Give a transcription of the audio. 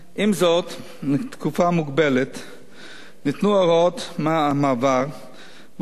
לתקופה מוגבלת ניתנו הוראות מעבר מקילות לגבי מי